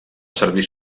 servir